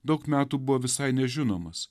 daug metų buvo visai nežinomas